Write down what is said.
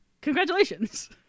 Congratulations